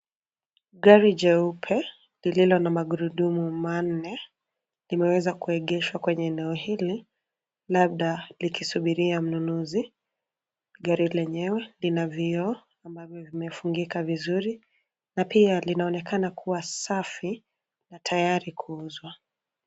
Gari jeupe lilio na magurudumu manne limeweza kuegeshwa kwenye eneo hili labda likisubiria mnunuzi. Gari lenyewe lina vioo ambavyo vimefungika vizuri na pia linaonekana kuwa safi na tayari kuuzwa.